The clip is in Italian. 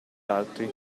altri